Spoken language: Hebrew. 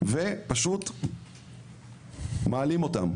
ופשוט מעלים אותם,